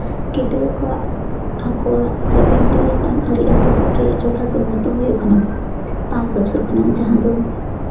ᱜᱤᱫᱽᱨᱟᱹ ᱠᱚᱣᱟᱜ ᱟᱠᱚᱣᱟᱜ ᱥᱮ ᱯᱮᱱᱴᱤᱝ ᱞᱮᱠᱟᱱ ᱟᱹᱨᱤ ᱮᱛᱚᱦᱚᱵ ᱨᱮᱭᱟᱜ ᱡᱚᱛᱷᱟᱛ ᱩᱢᱮᱨ ᱫᱚ ᱦᱩᱭᱩᱜ ᱠᱟᱱᱟ ᱯᱟᱸᱪ ᱵᱚᱪᱷᱚᱨ ᱠᱷᱚᱱᱟᱜ ᱡᱟᱦᱟᱸ ᱫᱚ